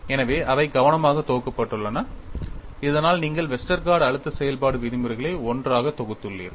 எனவே இவை கவனமாக தொகுக்கப்பட்டுள்ளன இதனால் நீங்கள் வெஸ்டர்கார்ட் அழுத்த செயல்பாடு விதிமுறைகளை ஒன்றாக தொகுத்துள்ளீர்கள்